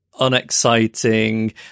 unexciting